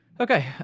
Okay